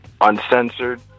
uncensored